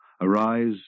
arise